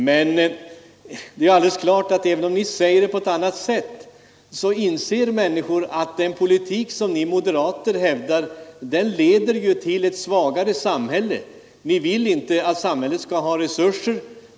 Men även om ni säger det på ett annat sätt, så inser människor att den politik ni moderater står för leder till ett svagare samhälle. Ni vill inte ha det starka samhället.